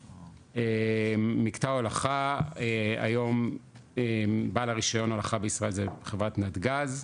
מקטע ההולכה היום בעל הרישיון הולכה בישראל זה חברת נתג"ז,